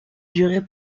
duré